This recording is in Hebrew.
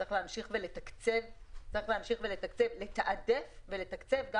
צריך להמשיך לתעדף ולתקצב את זה,